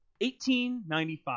1895